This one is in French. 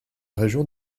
région